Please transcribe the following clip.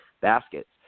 baskets